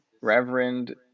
reverend